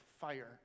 fire